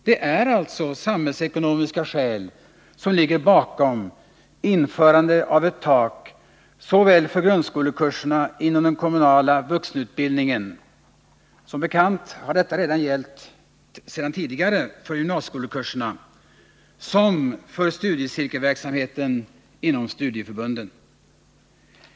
Det är alltså samhällsekonomiska skäl som ligger bakom införandet av ett tak såväl för grundskolekurserna inom den kommunala vuxenutbildningen — som bekant har detta gällt redan tidigare för gymnasieskolekurserna — som för studiecirkelverksamheten inom studieförbunden.